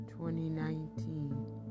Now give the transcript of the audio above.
2019